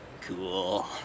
Cool